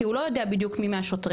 כי הוא לא יודע בדיוק מי מהשוטרים,